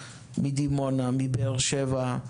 מדימונה ומבאר שבע.